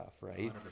Right